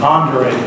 Andre